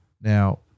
Now